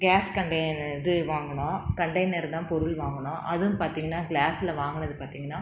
case container இது வாங்கினோம் container தான் பொருள் வாங்கினோம் அது வந்து பார்த்திங்கனா க்ளாஸில் வாங்கினது பார்த்திங்கனா